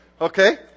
Okay